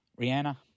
Rihanna